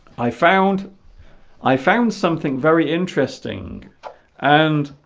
i found i found something very interesting and